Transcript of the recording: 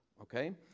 Okay